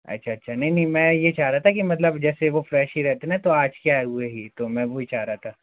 अच्छा अच्छा नहीं नहीं मैं ये चाह रहा था कि मतलब जैसे वो फ्रेश ही रहते है ना तो आज के आए हुए ही तो मैं वही चाह रहा था